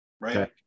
Right